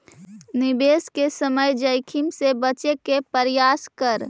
निवेश के समय जोखिम से बचे के प्रयास करऽ